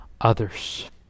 others